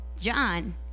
John